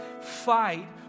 fight